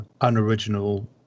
unoriginal